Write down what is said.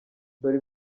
dore